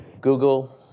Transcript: Google